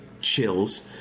chills